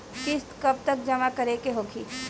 किस्त कब तक जमा करें के होखी?